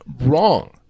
wrong